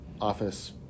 office